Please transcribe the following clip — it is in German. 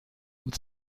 und